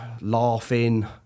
laughing